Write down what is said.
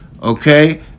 Okay